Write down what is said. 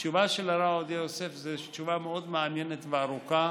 התשובה של הרב עובדיה יוסף זו תשובה מאוד מעניינת וארוכה.